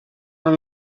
and